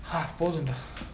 போதுன்டா:pothundaa